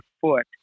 foot